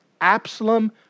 Absalom